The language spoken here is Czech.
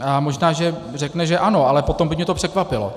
A možná že řekne, že ano, ale potom by mě to překvapilo.